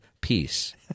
peace